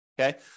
okay